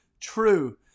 true